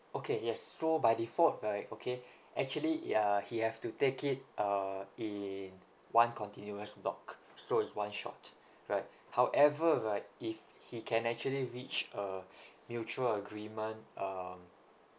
okay yes so by default right okay actually ya he have to take it uh in one continuous block so is one shot right however right if he can actually reach a mutual agreement um